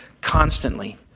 constantly